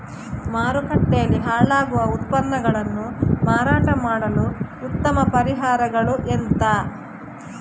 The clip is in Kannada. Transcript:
ಮಾರುಕಟ್ಟೆಯಲ್ಲಿ ಹಾಳಾಗುವ ಉತ್ಪನ್ನಗಳನ್ನು ಮಾರಾಟ ಮಾಡಲು ಉತ್ತಮ ಪರಿಹಾರಗಳು ಎಂತ?